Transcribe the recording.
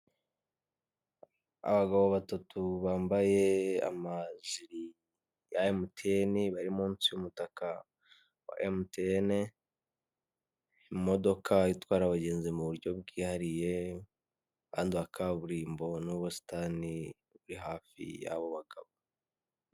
Abagabo batatu bambaye amajiri ya emutiyeni bari munsi y'umutaka wa emutiyeni, imodoka itwara abagenzi mu buryo bwihariye wakaburimbo n'ubusitani buri hafi y'abo bagabo.